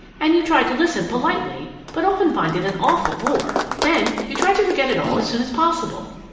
and you try to listen politely, but often find it an awful bore. then you try to forget it all as soon as possible!